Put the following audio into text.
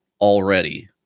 already